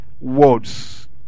words